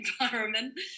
environment